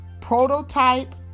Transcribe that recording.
prototype